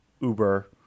Uber